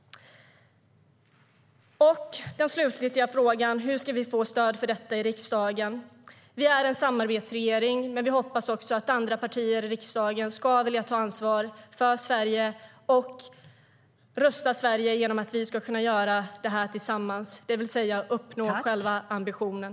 Den slutliga frågan är hur vi ska kunna få stöd för detta i riksdagen. Vi är en samarbetsregering. Vi hoppas att andra partier i riksdagen ska vilja ta ansvar för Sverige och rusta Sverige genom att vi kan göra det tillsammans och uppnå ambitionen.